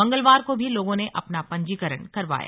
मंगलवार को भी लोगों ने अपना पंजीकरण करवाया